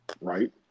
right